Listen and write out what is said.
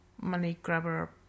money-grabber